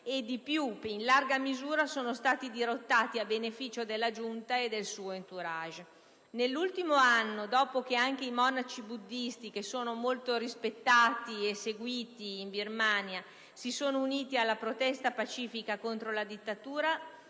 e, di più, in larga misura sono stati dirottati a beneficio della giunta stessa e del suo *entourage*. Nell'ultimo anno, dopo che anche i monaci buddisti, molto rispettati e seguiti in Birmania, si sono uniti alla protesta pacifica contro la dittatura,